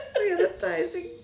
sanitizing